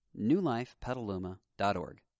newlifepetaluma.org